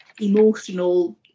emotional